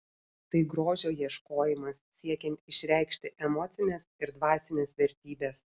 tai grožio ieškojimas siekiant išreikšti emocines ir dvasines vertybes